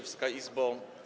Wysoka Izbo!